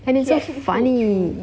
and he's so funny